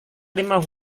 lima